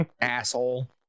Asshole